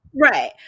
Right